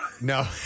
No